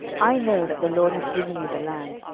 i know that the lord hath given you the land,